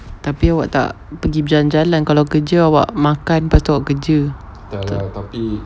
tapi awak tak pergi berjalan-jalan kalau kerja awak makan lepas tu awak kerja ya tak